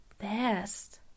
best